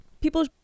people